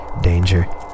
danger